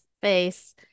face